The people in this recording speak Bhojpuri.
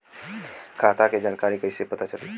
खाता के जानकारी कइसे पता चली?